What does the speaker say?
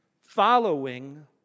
following